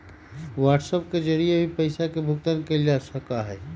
WhatsApp के जरिए भी पैसा के भुगतान कइल जा सका हई